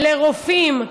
לרופאים,